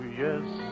yes